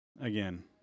Again